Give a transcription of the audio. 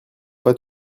pas